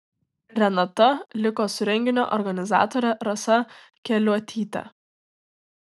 renata liko su renginio organizatore rasa keliuotyte